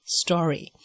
story